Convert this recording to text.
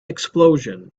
explosion